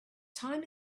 time